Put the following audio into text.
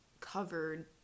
covered